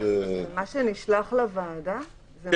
מה שנשלח לוועדה?